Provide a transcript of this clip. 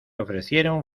ofrecieron